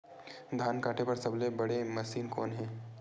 धान काटे बार सबले बने मशीन कोन हे?